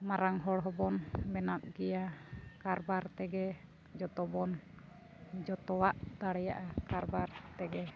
ᱢᱟᱨᱟᱝ ᱦᱚᱲ ᱦᱚᱵᱚᱱ ᱵᱮᱱᱟᱜ ᱜᱮᱭᱟ ᱠᱟᱨᱵᱟᱨ ᱛᱮᱜᱮ ᱡᱚᱛᱚ ᱵᱚᱱ ᱡᱚᱛᱚᱣᱟᱜ ᱫᱟᱲᱮᱭᱟᱜᱼᱟ ᱠᱟᱨᱵᱟᱨ ᱛᱮᱜᱮ